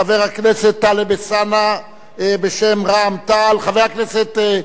חבר הכנסת טלב אלסאנע בשם רע"ם-תע"ל, בבקשה.